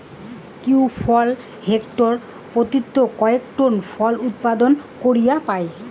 kiwi ফল hectare পত্যি কয়েক টন ফল উৎপাদন করির পায়